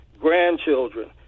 grandchildren